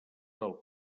del